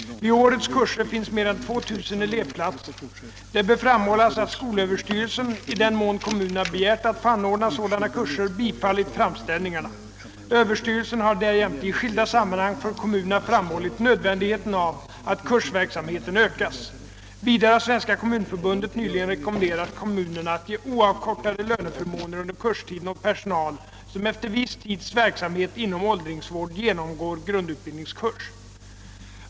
Vid årets kurser finns mer än 2 000 elevplatser. Det bör framhållas att skolöverstyrelsen — i den mån kommunerna begärt att få anordna sådana kurser — bifallit framställningarna. Överstyrelsen har därjämte i skilda sammanhang för kommunerna framhållit nödvändigheten av att kursverksamheten ökas. Vidare har Svenska kommunförbundet nyligen rekommenderat kommunerna att ge oavkortade löneförmåner under kurstiden åt personal som efter viss tids verksamhet inom åldringsvård genomgår grundutbildningskurs.